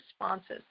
responses